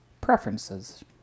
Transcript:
preferences